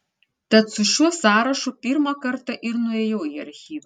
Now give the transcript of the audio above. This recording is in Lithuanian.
tad su šiuo sąrašu pirmą kartą ir nuėjau į archyvą